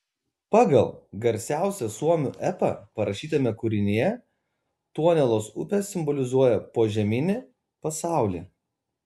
pagal garsiausią suomių epą parašytame kūrinyje tuonelos upė simbolizuoja požeminį pasaulį